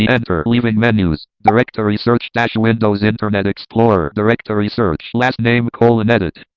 yeah enter. leaving menus. directory search dash windows internet explorer. directory search. last name colon edit.